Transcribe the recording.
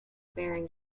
bearing